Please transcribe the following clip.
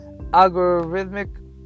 algorithmic